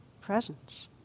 Presence